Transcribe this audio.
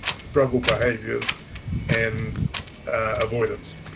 struggle behaviors and avoidance.